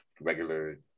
regular